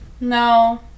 No